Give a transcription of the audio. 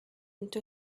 into